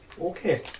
Okay